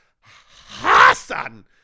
Hassan